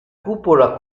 cupola